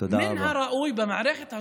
תודה רבה.